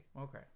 Okay